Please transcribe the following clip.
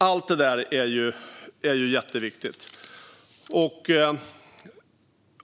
Allt detta är jätteviktigt.